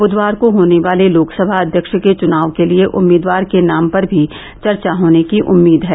बुधवार को होने वाले लोकसभा अध्यक्ष के चुनाव के लिए उम्मीदवार के नाम पर भी चर्चा होने की उम्मीद है